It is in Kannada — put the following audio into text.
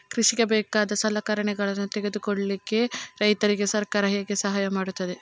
ಕೃಷಿಗೆ ಬೇಕಾದ ಸಲಕರಣೆಗಳನ್ನು ತೆಗೆದುಕೊಳ್ಳಿಕೆ ರೈತರಿಗೆ ಸರ್ಕಾರ ಹೇಗೆ ಸಹಾಯ ಮಾಡ್ತದೆ?